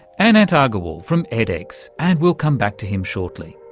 anant agarwal from edx, and we'll come back to him shortly.